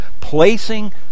placing